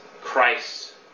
Christ